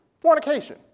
fornication